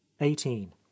eighteen